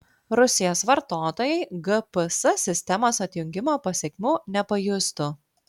rusijos vartotojai gps sistemos atjungimo pasekmių nepajustų